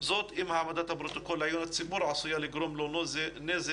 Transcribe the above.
זאת אם העמדת הפרוטוקול לעיון הציבור עשויה לגרום לו נזק,